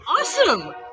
Awesome